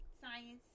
Science